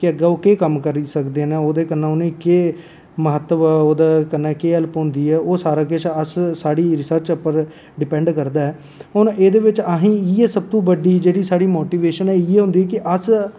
कि अग्गें ओह् केह् कम्म करी सकदे न ते ओह्केदे कन्नै उ'नेंगी केह् महत्व ओह्दे कन्नै केह् हैल्प होंदी ऐ ओह् सारा किश अस साढ़ी रिसर्च उप्पर डिपैंड करदा ऐ हून एह्दे बिच असेंगी इ'यै सब तू बड्डी जेह्ड़ी साढ़ी मोटिवेशन इ'यै होंदी कि अस